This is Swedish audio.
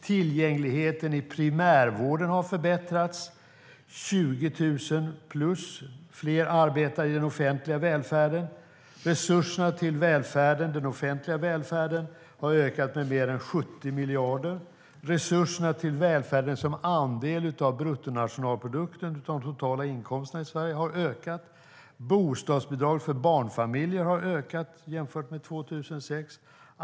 Tillgängligheten i primärvården har förbättrats. Mer än 20 000 fler arbetar i den offentliga välfärden. Resurserna till den offentliga välfärden har ökat med mer än 70 miljarder. Resurserna till välfärden som andel av bruttonationalprodukten, de totala inkomsterna i Sverige, har ökat. Bostadsbidraget för barnfamiljer har ökat jämfört med 2006.